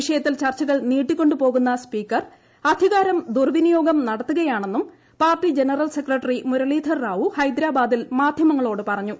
വിഷയത്തിൽ ചർച്ചകൾ നീട്ടിക്കൊണ്ടു പോകുന്ന സ്പീക്കർ അധികാരം ദുർവിനിയോഗം നടത്തുകയാണെന്നും പാർട്ടി ജനറൽ സെക്രട്ടറി മുരളീധർ റാവു ഹൈദരബാദിൽ മാധ്യമങ്ങളോട് പറഞ്ഞു